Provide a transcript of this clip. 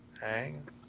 Hang